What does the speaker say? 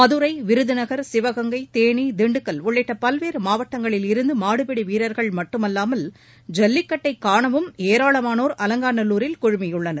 மதுரை விருதுநகர் சிவகங்கை தேனி திண்டுக்கல் உள்ளிட்ட பல்வேறு மாவட்டங்களிலிருந்து மாடுபிடி வீரர்கள் மட்டுமல்லாமல் ஜல்லிக்கட்டைக்காணவும் ஏராளமானோர் அலங்காநல்லூரில் குழுமியுள்ளனர்